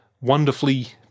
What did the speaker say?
wonderfully